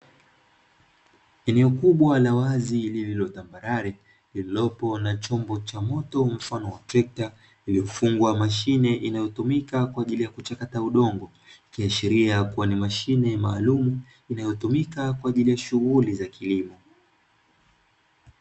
Eneo kubwa la wazi lililo tambarare lililoko na chombo cha moto mfano wa trekta iliyofungwa mashine inayotumika kwa ajili ya kuchakata udongo, ikiashiria kuwa ni mashine maalumu inayotumika kwa ajili ya shughuli za kilimo.